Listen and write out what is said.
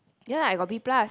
ya I got B plus